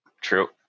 True